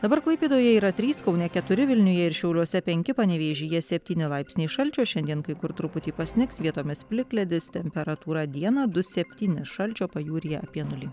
dabar klaipėdoje yra trys kaune keturi vilniuje ir šiauliuose penki panevėžyje septyni laipsniai šalčio šiandien kai kur truputį pasnigs vietomis plikledis temperatūra dieną du septyni šalčio pajūryje apie nulį